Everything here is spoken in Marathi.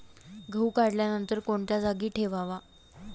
गहू काढल्यानंतर कोणत्या जागी ठेवावा?